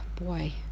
boy